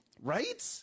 Right